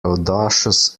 audacious